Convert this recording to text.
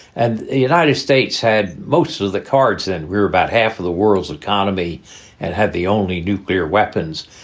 and the united states had most of of the cards and we were about half of the world's economy and had the only nuclear weapons.